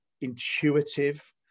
intuitive